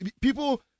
people